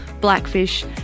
blackfish